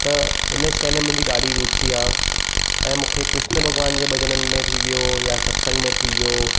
त हिन शइ में मुंहिंजी ॾाढी रूची आहे ऐं मूंखे कृष्ण भॻवान जे भॼननि में थी वियो या सतसंग में थी वियो